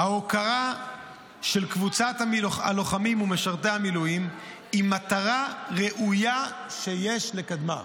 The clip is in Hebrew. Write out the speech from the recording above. ההוקרה של קבוצת הלוחמים ומשרתי המילואים היא מטרה ראויה שיש לקדמה,